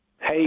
Hey